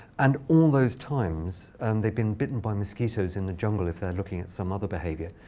and all those times, and they've been bitten by mosquitoes in the jungle, if they're looking at some other behavior.